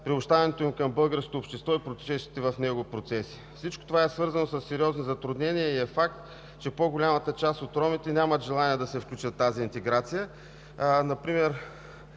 приобщаването им към българското общество и протичащите в него процеси. Всичко това е свързано със сериозни затруднения и е факт, че по-голямата част от ромите нямат желание да се включат в тази интеграция. Например